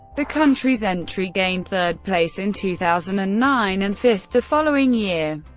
the country's entry gained third place in two thousand and nine and fifth the following year.